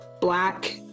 Black